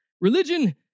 Religion